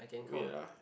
wait lah